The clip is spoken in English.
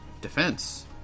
Defense